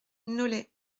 nolay